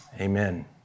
amen